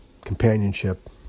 companionship